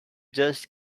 just